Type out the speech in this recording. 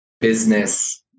business